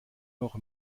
noch